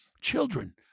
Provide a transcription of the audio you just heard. children